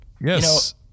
Yes